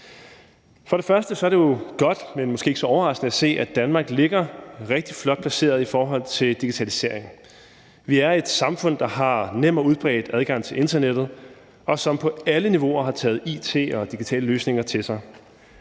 For det første er det jo godt, men måske ikke så overraskende at se, at Danmark ligger rigtig flot placeret i forhold til digitalisering. Vi er et samfund, der har nem og udbredt adgang til internettet, og som på alle niveauer har taget it og digitale løsninger til sig.